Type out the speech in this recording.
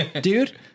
dude